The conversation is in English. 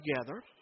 together